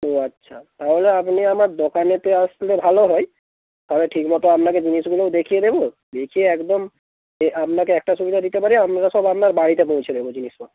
ও আচ্ছা তাহলে আপনি আমার দোকানেতে আসলে ভালো হয় তাহলে ঠিক মতো আপনাকে জিনিসগুলোও দেখিয়ে দেবো দেখিয়ে একদম এ আপনাকে একটা সুবিধা দিতে পারি আমরা সব আপনার বাড়িতে পৌঁছে দেবো জিনিস সব